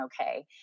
okay